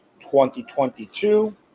2022